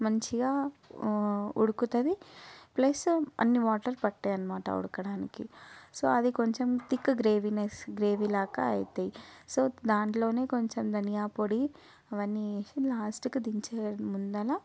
మంచిగా ఉడుకుతుంది ప్లస్ అన్ని వాటర్ పట్టాయి అన్నమాట ఉడకడానికి సో అది కొంచెం థిక్ గ్రేవీనేస్ గ్రేవీ లాగా అవుతుంది సో దాంట్లోనే కొంచెం ధనియా పొడి అవన్నీ వేసి లాస్ట్కి దించే ముందర